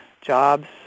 jobs